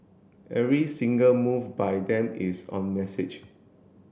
every single move by them is on message